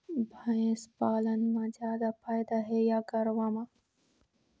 भैंस पालन म जादा फायदा हे या गरवा म?